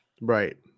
Right